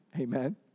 Amen